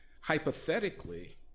hypothetically